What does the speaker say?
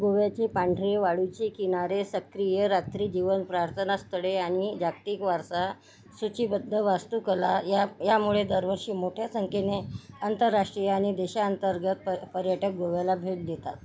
गोव्याचे पांढरे वाळूचे किनारे सक्रिय रात्रिजीवन प्रार्थनास्थळे आणि जागतिक वारसा सूचीबद्ध वास्तुकला या यामुळे दरवर्षी मोठ्या संख्येने आंतरराष्ट्रीय आणि देशांतर्गत पर् पर्यटक गोव्याला भेट देतात